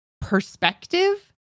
perspective